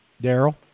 Darrell